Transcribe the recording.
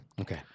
Okay